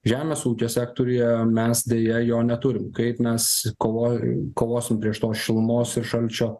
žemės ūkio sektoriuje mes deja jo neturim kaip mes kovojo kovosim prieš tos šilumos ir šalčio